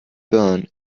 burn